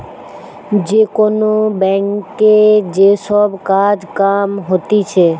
যে কোন ব্যাংকে যে সব কাজ কাম হতিছে